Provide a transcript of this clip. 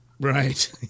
Right